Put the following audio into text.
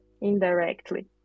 indirectly